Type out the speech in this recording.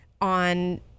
on